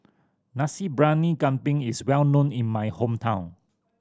Nasi Briyani Kambing is well known in my hometown